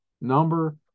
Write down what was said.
number